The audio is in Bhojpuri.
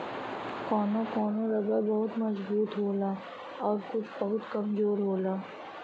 कौनो कौनो रबर बहुत मजबूत होला आउर कुछ बहुत कमजोर होला